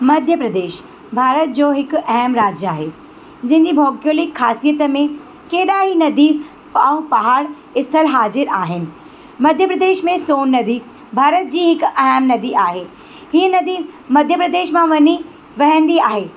मध्य प्रदेश भारत जो हिकु अहम राज्य आहे जंहिंजी भौगोलिक ख़ासियत में केॾा ई नदी ऐं पहाड़ स्थल हाज़िरु आहिनि मध्य प्रदेश में सोन नदी भारत जी हिकु अहम नदी आहे हीअ नदी मध्य प्रदेश मां वञी वहंदी आहे